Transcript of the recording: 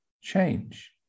change